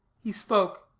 he spoke